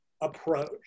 approach